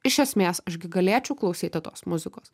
iš esmės aš gi galėčiau klausyti tos muzikos